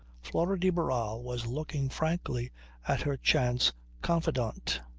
flora de barral was looking frankly at her chance confidant,